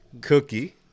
Cookie